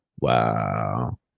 Wow